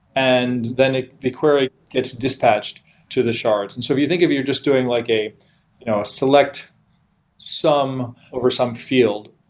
and then ah the query gets dispatched to the shards if and so you think of, you're just doing like a select sum over some field.